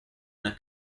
una